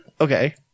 Okay